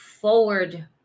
forward